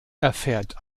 erfährt